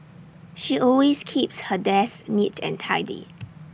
she always keeps her desk neat and tidy